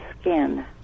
skin